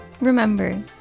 Remember